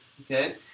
Okay